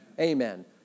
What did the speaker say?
Amen